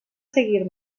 seguir